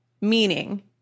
Meaning